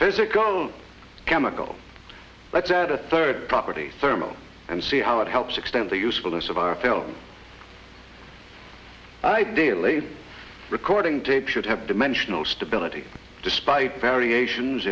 physical chemical let's add a third property thermal and see how it helps extend the usefulness of our film ideally recording tape should have dimensional stability despite variations